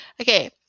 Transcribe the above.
Okay